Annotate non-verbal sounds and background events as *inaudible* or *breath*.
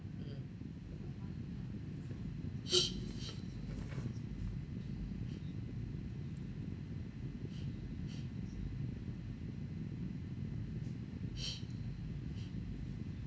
mm *breath* *breath* *breath*